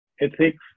ethics